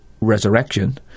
resurrection